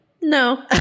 no